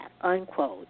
unquote